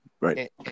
Right